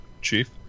Chief